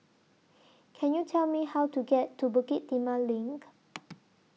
Can YOU Tell Me How to get to Bukit Timah LINK